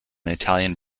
italian